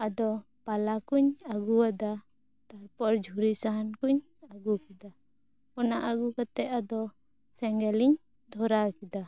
ᱟᱫᱚ ᱯᱟᱞᱟ ᱠᱩᱧ ᱟᱹᱜᱩᱣᱟᱫᱟ ᱛᱟᱨ ᱯᱚᱨᱮ ᱡᱷᱩᱨᱤ ᱥᱟᱦᱟᱱ ᱠᱩᱧ ᱟᱹᱜᱩ ᱠᱮᱫᱟ ᱟᱨ ᱟᱹᱜᱩ ᱠᱟᱛᱫ ᱟᱫᱚ ᱥᱮᱸᱜᱮᱞᱤᱧ ᱫᱷᱚᱨᱟᱣ ᱠᱮᱫᱟ